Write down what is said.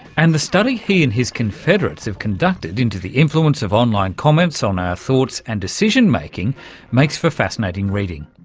and the study he and his confederates have conducted into the influence of online comments on our thoughts and decision-making makes for fascinating reading.